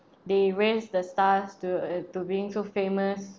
they raised the stars to uh to being too famous